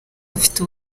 bafite